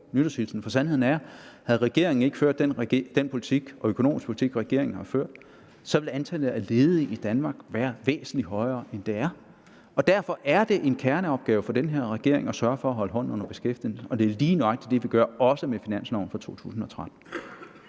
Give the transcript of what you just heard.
for sandheden er, at havde regeringen ikke ført den økonomiske politik, som regeringen har ført, ville antallet af ledige i Danmark være væsentligt højere, end det er. Derfor er det en kerneopgave for den her regering at sørge for at holde hånden under beskæftigelsen, og det er lige nøjagtig det, vi gør, også med finansloven for 2013.